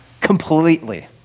completely